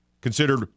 Considered